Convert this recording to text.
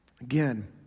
Again